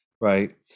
Right